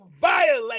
violate